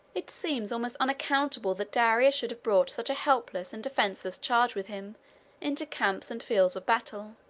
it seems almost unaccountable that darius should have brought such a helpless and defenseless charge with him into camps and fields of battle.